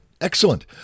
excellent